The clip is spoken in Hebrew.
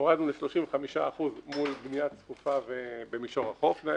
ל-35% מול בנייה צפופה במישור החוף.